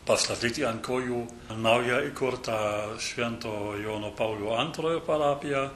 pastatyti ant kojų naujai įkurtą švento jono paulių antrojo parapiją